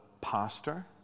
pastor